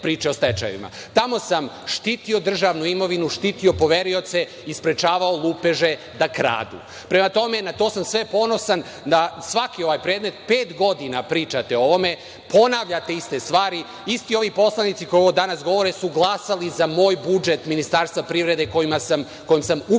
Tamo sam štitio državnu imovinu, štitio poverioce i sprečavao lupeže da kradu. Prema tome, na to sam sve ponosan, da svaki ovaj predmet, pet godina pričate o ovome, ponavljate iste stvari, isti ovi poslanici koji danas govore su glasali za moj budžet Ministarstva privrede kojim sam ukinuo